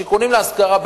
השיכונים להשכרה,